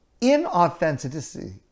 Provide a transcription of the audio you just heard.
inauthenticity